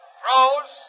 throws